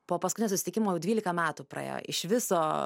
po paskutinio susitikimo jau dvylika metų praėjo iš viso